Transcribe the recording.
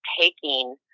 taking